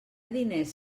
diners